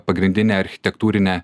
pagrindinė architektūrinė